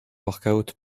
workout